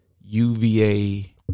UVA